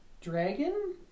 dragon